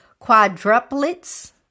quadruplets